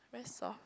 very soft